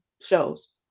shows